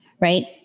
right